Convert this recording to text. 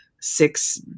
six